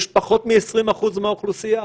יש פחות מ-20% מהאוכלוסייה.